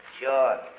sure